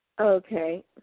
Okay